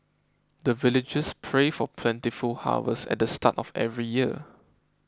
the villagers pray for plentiful harvest at the start of every year